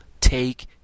take